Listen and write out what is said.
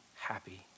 happy